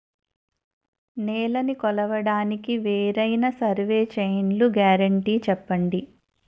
నేలనీ కొలవడానికి వేరైన సర్వే చైన్లు గ్యారంటీ చెప్పండి?